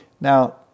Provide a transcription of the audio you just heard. now